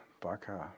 Baka